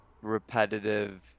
repetitive